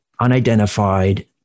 unidentified